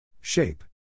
Shape